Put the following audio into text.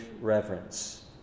reverence